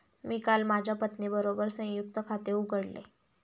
मी काल माझ्या पत्नीबरोबर संयुक्त खाते उघडले